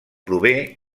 prové